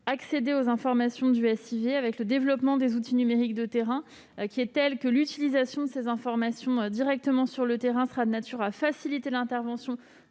accéder aux informations du SIV. Le développement des outils numériques de terrain est tel que l'utilisation de ces informations, directement sur le terrain, j'y insiste, sera de nature à faciliter l'intervention